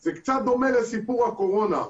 זה קצת דומה לסיפור הקורונה.